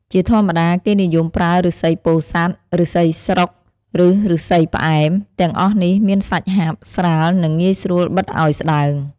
ជាធម្មតា គេនិយមប្រើឫស្សីពោធិ៍សាត់ ឫស្សីស្រុក ឬ ឫស្សីផ្អែម ទាំងអស់នេះមានសាច់ហាប់ ស្រាល និងងាយស្រួលបិតអោយស្ដើង។